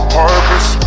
purpose